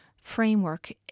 framework